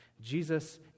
Jesus